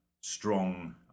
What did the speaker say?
strong